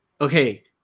okay